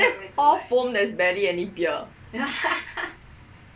that's all foam there is barely any beer